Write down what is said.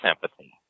sympathy